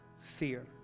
fear